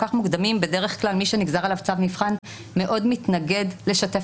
בדרך כלל מי שנגזר עליו צו מבחן מאוד מתנגד לשתף